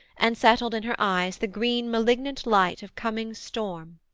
and settled in her eyes the green malignant light of coming storm.